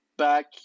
back